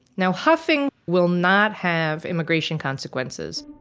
now, huffing will not have immigration consequences.